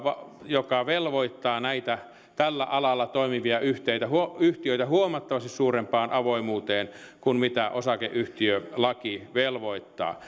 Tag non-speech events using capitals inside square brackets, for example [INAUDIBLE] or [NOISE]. joka velvoittaa tällä alalla toimivia yhtiöitä huomattavasti suurempaan avoimuuteen kuin mitä osakeyhtiölaki velvoittaa [UNINTELLIGIBLE]